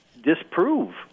disprove